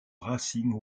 racing